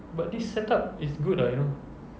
but this setup is good ah you know